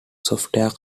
software